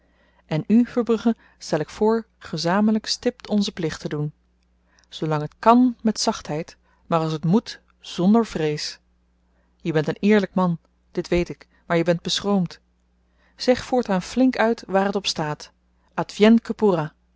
en u verbrugge stel ik voor gezamenlyk stipt onzen plicht te doen zoolang t kàn met zachtheid maar als t moet zonder vrees je bent een eerlyk man dit weet ik maar je bent beschroomd zeg voortaan flink uit waar t op staat